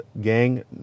gang